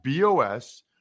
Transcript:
BOS